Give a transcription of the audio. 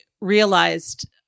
realized